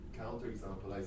counterexample